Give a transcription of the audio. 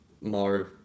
more